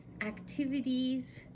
activities